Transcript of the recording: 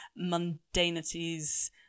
mundanities